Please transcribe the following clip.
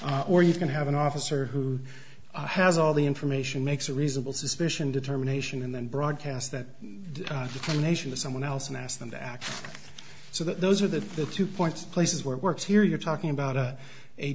others or you can have an officer who has all the information makes a reasonable suspicion determination and then broadcast that determination to someone else and ask them to act so that those are the two points places where it works here you're talking about